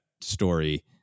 story